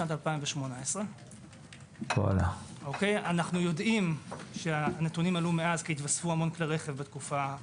שנת 2018. אנו יודעים שהנתונים עלו מאז כי היתוספו המון כלי רכב בארבע,